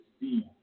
see